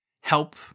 help